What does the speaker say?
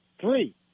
Three